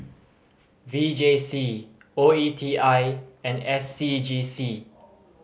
V J C O E T I and S C G C